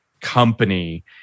company